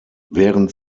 während